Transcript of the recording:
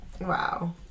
Wow